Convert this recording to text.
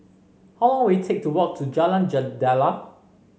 how long will it take to walk to Jalan Jendela